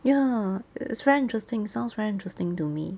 ya it's very interesting sounds very interesting to me